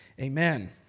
amen